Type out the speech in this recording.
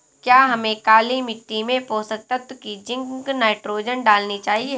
क्या हमें काली मिट्टी में पोषक तत्व की जिंक नाइट्रोजन डालनी चाहिए?